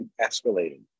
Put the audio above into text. escalating